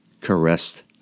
caressed